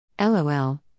LOL